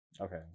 Okay